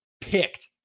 picked